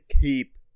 keep